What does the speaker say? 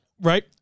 Right